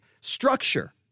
structure